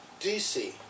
DC